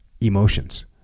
emotions